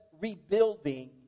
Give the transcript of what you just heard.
rebuilding